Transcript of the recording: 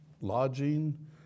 lodging